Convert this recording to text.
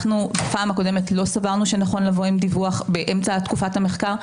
אנחנו בפעם הקודמת לא סברנו שנכון לבוא עם דיווח באמצע תקופת המחקר.